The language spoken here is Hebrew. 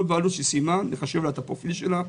כל בעלות שסיימה נחשב לה את הפרופיל שלה,